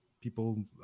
people